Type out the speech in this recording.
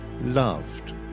loved